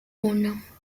uno